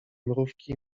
mrówki